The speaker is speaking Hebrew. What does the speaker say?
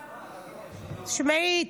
תשמעי,